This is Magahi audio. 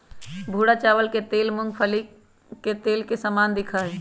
भूरा चावल के तेल मूंगफली के तेल के समान दिखा हई